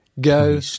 Go